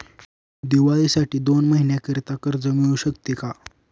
दिवाळीसाठी दोन महिन्याकरिता कर्ज मिळू शकते का?